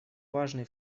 важный